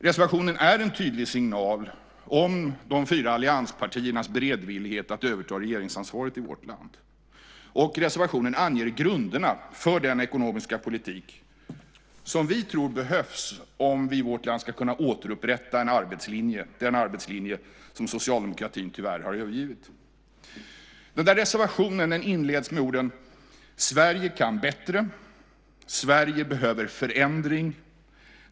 Reservationen är en tydlig signal om de fyra allianspartiernas beredvillighet att överta regeringsansvaret i vårt land. Reservationen anger grunderna för den ekonomiska politik som vi tror behövs om vi i vårt land ska kunna återupprätta en arbetslinje - den arbetslinje som socialdemokratin tyvärr har övergivit. Reservationen inleds med orden: Sverige kan bättre. Sverige behöver förändring.